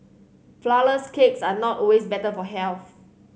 flourless cakes are not always better for health